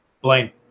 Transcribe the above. Blaine